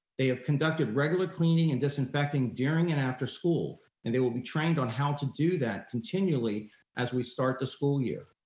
they have conducted regular cleaning and disinfecting during and after school and they will be trained on how to do that continually as we start the school year.